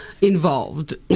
involved